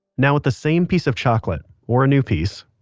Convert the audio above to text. now, with the same piece of chocolate or a new piece.